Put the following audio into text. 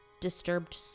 disturbed